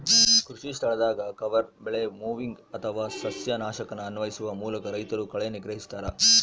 ಕೃಷಿಸ್ಥಳದಾಗ ಕವರ್ ಬೆಳೆ ಮೊವಿಂಗ್ ಅಥವಾ ಸಸ್ಯನಾಶಕನ ಅನ್ವಯಿಸುವ ಮೂಲಕ ರೈತರು ಕಳೆ ನಿಗ್ರಹಿಸ್ತರ